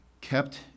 kept